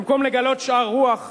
במקום לגלות שאר רוח ומנהיגות,